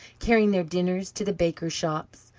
carrying their dinners to the bakers' shops.